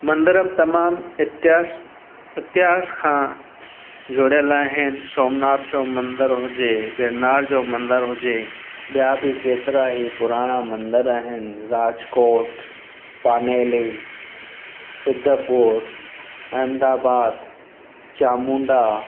मंदर बि तमामु इतिहास इतिहास खां जुड़ियल आहिनि सोमनाथ जो मंदरु हुजे गिरनार जो मंदरु हुजे ॿिया बि केतरा ई पुराणा मंदर आहिनि राजकोट पानेली सिद्धपुर अहमदाबाद चामुंडा